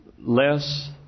less